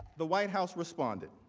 the white house responded.